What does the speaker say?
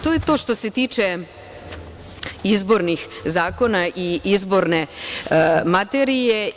To je to što se tiče izbornih zakona i izborne materije.